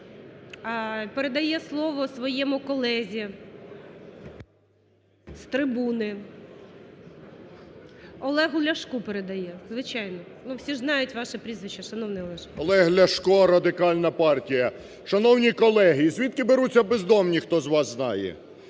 Передає слово своєму колезі. З трибуни. Олегу Ляшку, передає, звичайно. Ну, всі ж знають ваше прізвище, шановний Олеже. 11:24:44 ЛЯШКО О.В. Олег Ляшко, Радикальна партія. Шановні колеги, звідки беруться бездомні, хто із вас знає?